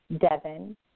Devin